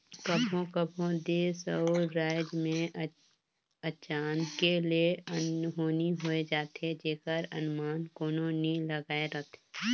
कभों कभों देस अउ राएज में अचानके ले अनहोनी होए जाथे जेकर अनमान कोनो नी लगाए रहें